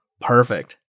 Perfect